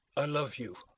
i love you.